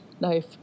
knife